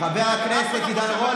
חבר הכנסת עידן רול,